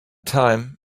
time